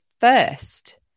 first